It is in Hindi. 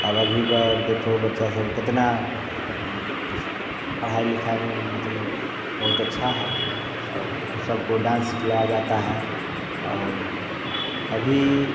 अब अभी का अब देखो बच्चा से कितना पढ़ाई लिखाई में मतलब बहुत अच्छा है और सब को डांस सिखलाया जाता है और अभी